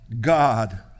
God